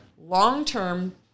long-term